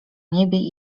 niebie